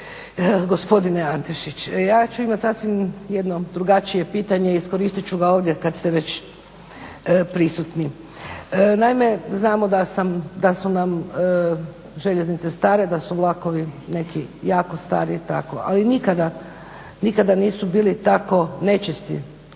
gospodine Antešić. Ja ću imati sasvim jedno drugačije pitanje, iskoristit ću ga ovdje kad ste već prisutni. Naime, znamo da su nam željeznice stare, da su vlakovi neki jako stari i tako. Ali nikada, nikada nisu bili tako nečisti.